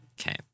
Okay